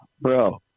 Bro